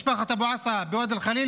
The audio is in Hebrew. משפחת אבו עסא בוואדי אל-ח'ליל,